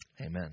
Amen